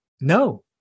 No